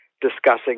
discussing